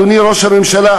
אדוני ראש הממשלה,